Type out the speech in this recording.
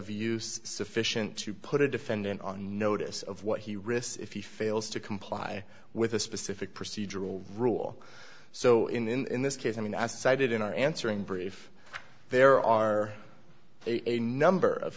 use sufficient to put a defendant on notice of what he risks if he fails to comply with a specific procedural rule so in this case i mean as cited in our answering brief there are a number of